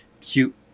cute